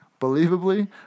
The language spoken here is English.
believably